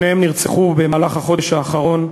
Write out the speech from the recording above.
שניהם נרצחו בחודש האחרון.